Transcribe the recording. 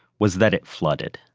was that it flooded.